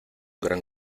gran